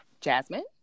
jasmine